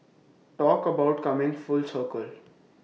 talk about coming full circle